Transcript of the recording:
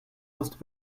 ost